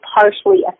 partially